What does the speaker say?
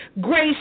Grace